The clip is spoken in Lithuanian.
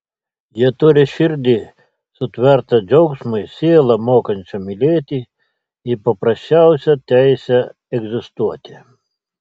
jie turi širdį sutvertą džiaugsmui sielą mokančią mylėti ir paprasčiausią teisę egzistuoti